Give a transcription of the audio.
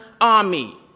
army